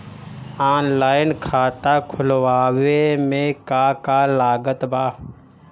Online खाता खुलवावे मे का का लागत बा?